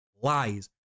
lies